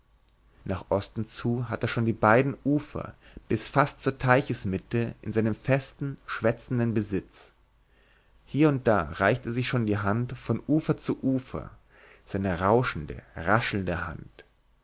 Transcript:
nach osten zu hat er schon die beiden ufer bis fast zur teichesmitte in seinem festen schwätzenden besitz hier und da reicht er sich schon die hand von ufer zu ufer seine rauschende raschelnde hand